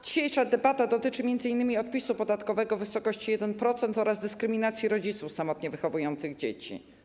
Dzisiejsza debata dotyczy m.in. odpisu podatkowego w wysokości 1% oraz dyskryminacji rodziców samotnie wychowujących dzieci.